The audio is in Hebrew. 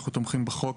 אנחנו תומכים בחוק,